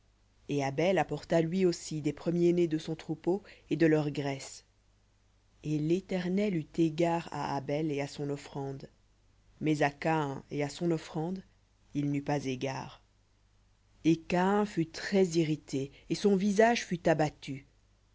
et abel apporta lui aussi des premiers-nés de son troupeau et de leur graisse et l'éternel eut égard à abel et à son offrande mais à caïn et à son offrande il n'eut pas égard et caïn fut très irrité et son visage fut abattu